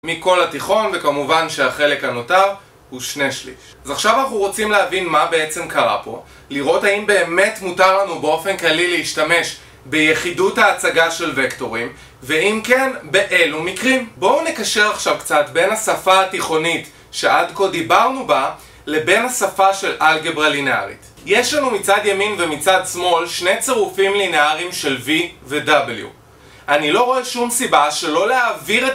מכל התיכון, וכמובן שהחלק הנותר הוא שני שליש אז עכשיו אנחנו רוצים להבין מה בעצם קרה פה לראות האם באמת מותר לנו באופן כללי להשתמש ביחידות ההצגה של וקטורים ואם כן, באלו מקרים בואו נקשר עכשיו קצת בין השפה התיכונית שעד כה דיברנו בה לבין השפה של אלגברה לינארית יש לנו מצד ימין ומצד שמאל שני צירופים לינאריים של V ו-W אני לא רואה שום סיבה שלא להעביר את...